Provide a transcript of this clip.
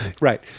Right